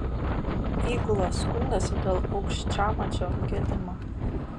įgula skundėsi dėl aukščiamačio gedimo